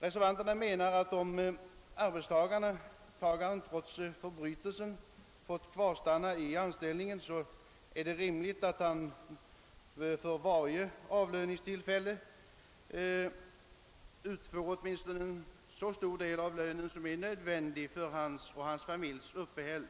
Reservanterna anser att om arbetstagaren trots förbrytelsen fått kvarstanna i anställningen är det rimligt att han vid varje avlöningstillfälle utfår åtminstone en så stor del av lönen som är nödvändig för hans och hans familjs uppehälle.